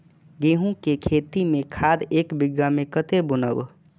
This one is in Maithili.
गेंहू के खेती में खाद ऐक बीघा में कते बुनब?